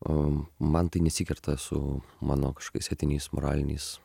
o man tai nesikerta su mano kažkokiais etiniais moraliniais